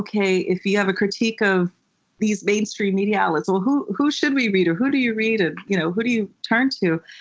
okay, if you have a critique of these mainstream media outlets, who who should we read? or who do you read? ah you know who do you turn to?